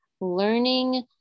learning